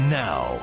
now